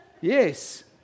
Yes